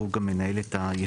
והוא גם מנהל את הישיבות,